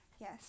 yes